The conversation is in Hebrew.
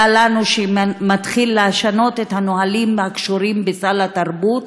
מתחיל לשנות את הנהלים הקשורים לסל התרבות,